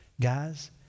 Guys